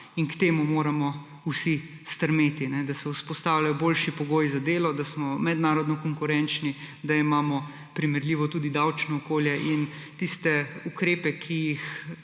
In k temu moramo vsi stremeti, da se vzpostavljajo boljši pogoji za delo, da smo mednarodno konkurenčni, da imamo tudi primerljivo davčno okolje. In tisti ukrepi, ki jih